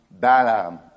Balaam